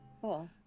Cool